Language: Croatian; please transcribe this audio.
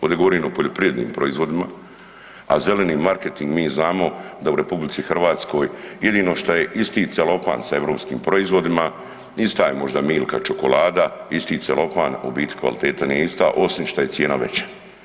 Ovdje govorim o poljoprivrednim proizvodima, a zeleni marketing mi znamo da u RH jedino šta je isti celofan s europskim proizvodima, ista je možda milka čokolada, isti celofan, u biti kvaliteta nije ista osim što je cijena veća.